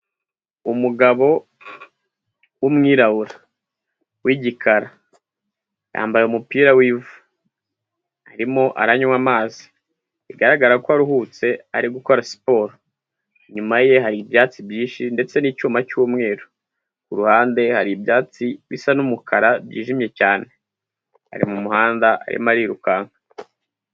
Umugabo w'umwirabura, w'igikara, yambaye umupira w'ivu, arimo aranywa amazi bigaragara ko aruhutse ari gukora siporo, inyuma ye hari ibyatsi byinshi ndetse n'icyuma cy'umweru, ku ruhande hari ibyatsi bisa n'umukara byijimye cyane, ari mu muhanda arimo arirukanka.